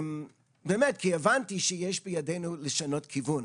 באמת, כי הבנתי שיש בידנו לשנות כיוון.